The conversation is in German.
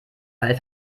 weil